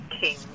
king